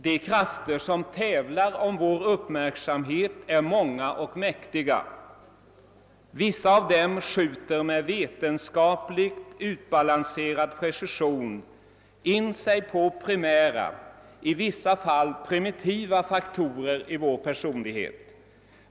De krafter som tävlar om vår uppmärksamhet är många och mäktiga. Vissa av dem skjuter med vetenskapligt utbalanserad precision in sig på primära — i vissa fall primitiva — faktorer i vår personlighet.